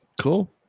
cool